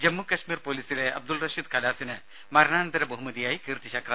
ജമ്മു കശ്മീർ പൊലിസിലെ അബ്ദുൽ റഷീദ് ഖലാസിന് മരണാനന്തര ബഹുമതിയായി കീർത്തി ചക്ര